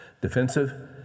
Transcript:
defensive